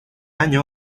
año